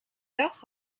dag